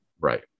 Right